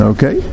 Okay